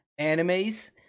animes